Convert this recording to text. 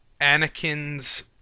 Anakin's